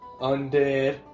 undead